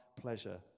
pleasure